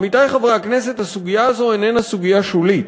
עמיתי חברי הכנסת, הסוגיה הזאת אינה סוגיה שולית,